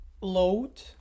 load